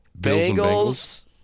Bengals